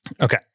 okay